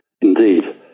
Indeed